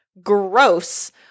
Gross